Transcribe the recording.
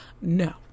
no